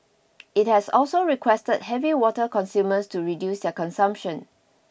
it has also requested heavy water consumers to reduce their consumption